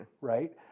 right